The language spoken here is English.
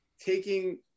taking